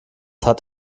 hat